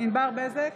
ענבר בזק,